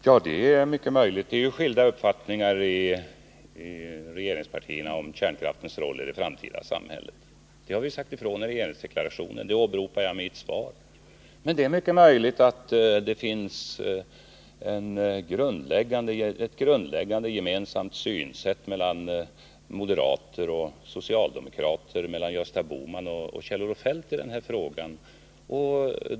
Herr talman! Ja, det är helt rätt — det är skilda uppfattningar i regeringspartierna om kärnkraftens roll i det framtida samhället. Detta har vi sagt ifrån i regeringsdeklarationen, och det åberopar jag i mitt svar. Men det är också mycket möjligt att det finns ett grundläggande gemensamt synsätt hos moderater och socialdemokrater, hos Gösta Bohman och Kjell-Olof Feldt, i den här frågan.